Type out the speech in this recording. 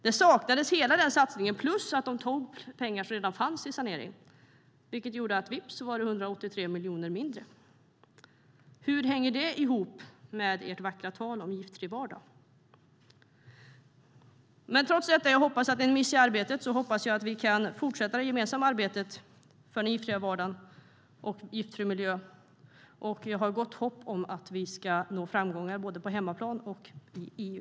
Där saknades hela den satsningen, plus att de tog pengar som redan fanns till sanering, vilket gjorde att det vips var 183 miljoner mindre. Hur hänger det ihop med Alliansens vackra tal om en giftfri vardag? Men trots detta, som jag hoppas är en miss i arbetet, är min förhoppning att vi kan fortsätta vårt gemensamma arbete för en giftfri vardag och en giftfri miljö. Jag har gott hopp om att vi ska nå framgångar både på hemmaplan och i EU.